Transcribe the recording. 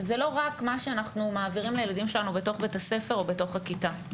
זה לא רק מה שאנחנו מעבירים לילדים שלנו בתוך בית-הספר או בתוך הכיתה.